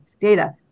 data